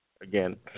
again